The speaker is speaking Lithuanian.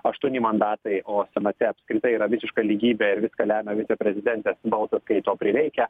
aštuoni mandatai o senate apskritai yra visiška lygybė ir viską lemia viceprezidentės balsas kai to prireikia